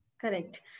Correct